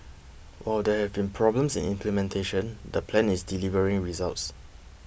while there have been problems in implementation the plan is delivering results